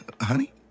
Honey